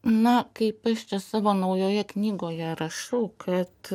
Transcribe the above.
na kaip aš čia savo naujoje knygoje rašau kad